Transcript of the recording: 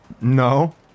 No